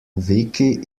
vicky